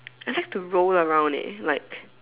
I have to roll around it like